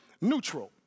neutral